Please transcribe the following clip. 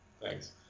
Thanks